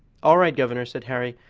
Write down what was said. all right, governor, said harry,